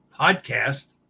podcast